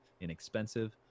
inexpensive